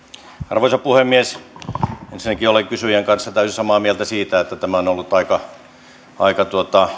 arvoisa puhemies ensinnäkin olen kysyjän kanssa täysin samaa mieltä siitä että tämä on ollut aika aika